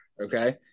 Okay